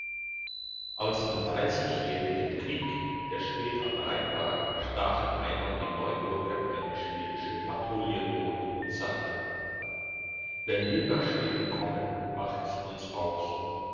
als im dreissigjährigen krieg der schwed am rhein war stachen einmal die neuburger eine schwedische patrouille tot und sagten wenn wir nach schweden kommen macht's uns auch so